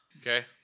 Okay